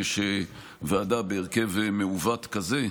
ועדה בהרכב מעוות כזה,